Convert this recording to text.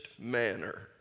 manner